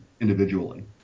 individually